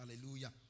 hallelujah